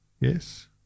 Yes